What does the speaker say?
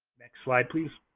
next slide, please.